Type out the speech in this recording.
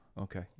Okay